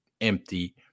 empty